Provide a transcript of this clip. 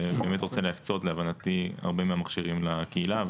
שבאמת רוצה להקצות להבנתי הרבה מהמכשירים לקהילה,